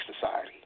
society